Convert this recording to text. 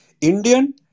Indian